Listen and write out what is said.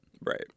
Right